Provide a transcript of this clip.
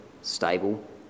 stable